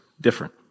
different